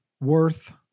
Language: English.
worth